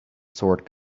sword